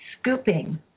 scooping